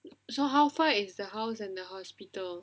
so how far is the house and the hospital